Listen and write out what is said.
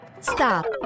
stop